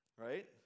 Right